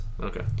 Okay